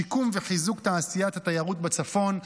שיקום וחיזוק תעשיית התיירות בצפון,